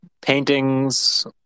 paintings